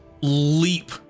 leap